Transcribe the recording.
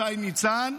שי ניצן,